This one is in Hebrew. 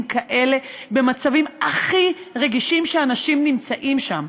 כאלה במצבים הכי רגישים שאנשים נמצאים בהם.